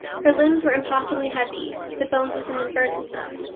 her limbs were impossibly heavy, the bones within them burdensome.